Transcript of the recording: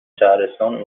شهرستان